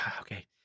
Okay